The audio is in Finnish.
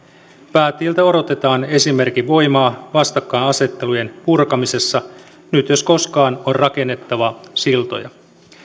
päättäjiltä odotetaan esimerkin voimaa vastakkainasettelujen purkamisessa nyt jos koskaan on rakennettava siltoja